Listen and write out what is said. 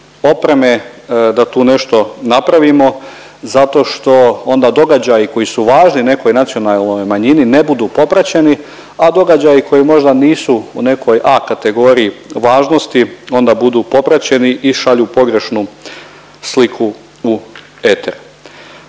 opreme da tu nešto napravimo zato što onda događaji koji su važni nekoj nacionalnoj manjini ne budu popraćeni, a događaji koji možda nisu u nekoj A kategoriji važnosti onda budu popraćeni i šalju pogrešnu sliku u eter.